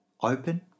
Open